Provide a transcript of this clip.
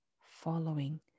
following